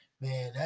Man